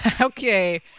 okay